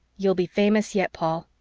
you'll be famous yet, paul.